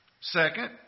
Second